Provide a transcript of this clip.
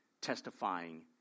Testifying